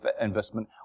investment